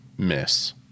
Miss